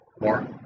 More